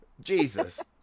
Jesus